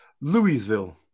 Louisville